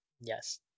Yes